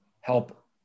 help